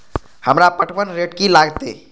हमरा पटवन रेट की लागते?